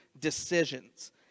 decisions